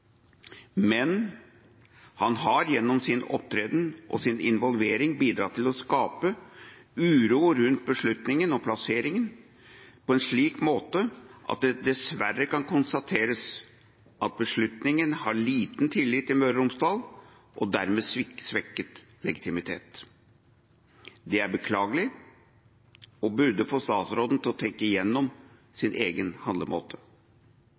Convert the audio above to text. Men han har gjennom sin opptreden og sin involvering bidratt til å skape uro rundt beslutningen om plasseringen på en slik måte at det dessverre kan konstateres at beslutningen har liten tillit i Møre og Romsdal, og dermed svekket legitimitet. Det er beklagelig, og burde få statsråden til å tenke gjennom sin egen handlemåte.